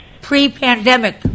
pre-pandemic